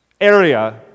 area